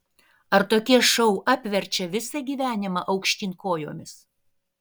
ar tokie šou apverčia visą gyvenimą aukštyn kojomis